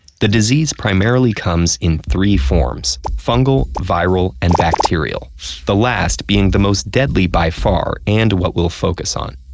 the disease primarily comes in three forms fungal, viral, and bacterial the last being the most deadly by far, and what we'll focus on.